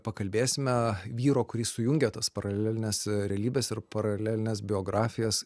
pakalbėsime vyro kuris sujungia tas paralelines realybes ir paralelines biografijas